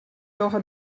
dogge